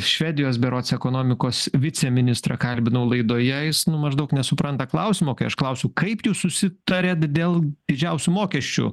švedijos berods ekonomikos viceministrą kalbinau laidoje jis maždaug nesupranta klausimo kai aš klausiu kaip jūs susitariat dėl didžiausių mokesčių